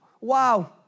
Wow